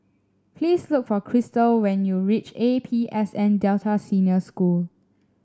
please look for Christel when you reach A P S N Delta Senior School